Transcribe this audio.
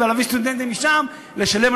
סטודנטים שבמקום ללמוד בחוץ-לארץ,